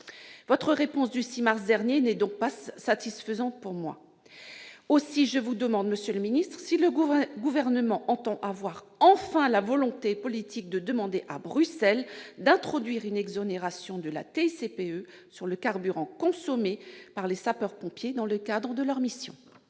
votre réponse du 6 mars dernier n'est donc pas satisfaisante. Aussi, je vous demande, monsieur le secrétaire d'État, si le Gouvernement entend avoir enfin la volonté politique de demander à Bruxelles d'introduire une exonération de la TICPE sur le carburant consommé par les sapeurs-pompiers dans le cadre de leurs missions.